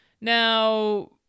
Now